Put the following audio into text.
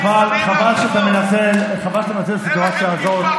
חבל שאתה מנצל את הסיטואציה הזאת,